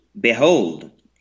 Behold